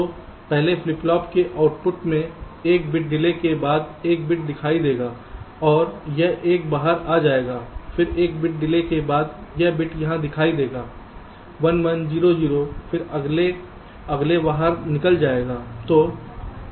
तो पहले flip flop के आउटपुट में एक बिट डिले के बाद यह बिट दिखाई देगा और यह एक बाहर आ जाएगा फिर एक बिट डिले के बाद यह बिट यहां दिखाई देगा 1 1 0 0 फिर अगले अगले बाहर निकल जाएगा